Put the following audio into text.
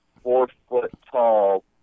four-foot-tall